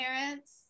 parents